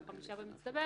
או חמישה במצטבר,